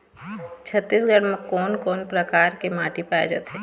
छत्तीसगढ़ म कोन कौन प्रकार के माटी पाए जाथे?